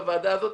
בוועדה הזו,